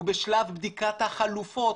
הוא בשלב בדיקת החלופות,